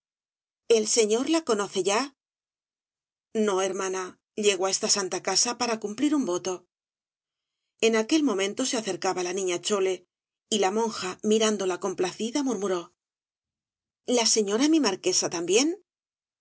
el señor la conoce ya no hermana llego á esta santa casa para cumplir un voto en aquel momento se acercaba la niña chole y la monja mirándola complacida murmuró obras de valle inclan s la seflora mi marquesa también